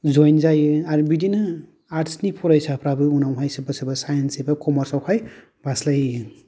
जयेन जायो आर बिदिनो आर्स्टनि फरायसाफ्राबो उनाव सोरबा सोरबा साइन्स एबा कमार्स आवहाय बास्लायहैयो